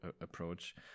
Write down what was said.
approach